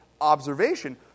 observation